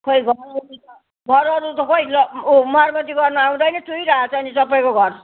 खै घरहरू त खै ल ऊ मर्मती गर्नु आउँदैन चुहिरहेको छ नि सबैको घर